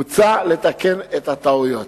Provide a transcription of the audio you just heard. מוצע לתקן את הטעויות.